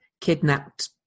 kidnapped